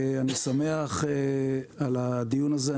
אני שמח על הדיון הזה.